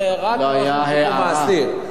זה רק מהרשות לשיקום האסיר.